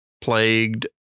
plagued